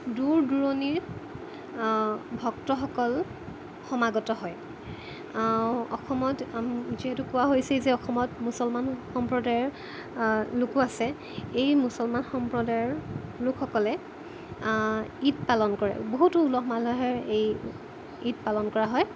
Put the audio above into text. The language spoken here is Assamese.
দূৰ দূৰণিৰ ভক্তসকল সমাগত হয় অসমত যিহেতু কোৱা হৈছে যে অসমত মুছলমান সম্প্ৰদায়ৰ লোকো আছে এই মুছলমান সম্প্ৰদায়ৰ লোকসকলে ঈদ পালন কৰে বহুতো উলহ মালহেৰে এই ঈদ পালন কৰা হয়